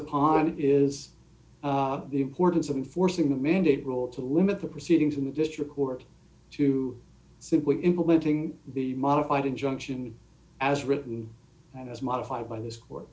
upon it is the importance of forcing the mandate rule to limit the proceedings in the district court to simply implementing the modified injunction as written and as modified by this cour